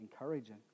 encouraging